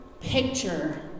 picture